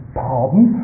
pardon